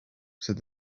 said